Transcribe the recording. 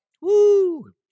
Woo